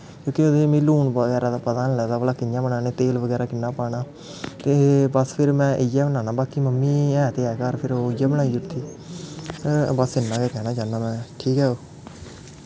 क्योंकि मिगी ओह्दे च लून बगैरा दा पता गै निं लगदा भला कि'यां बनाने तेल बगैरा किन्ना पाना ते बस फिर में इ'यै बनान्नां बाकी मम्मी ऐ ते ऐ घर फिर उ'ऐ बनाई ओड़दी बस इन्ना गै कैह्ना चाह्न्नां में ठीक ऐ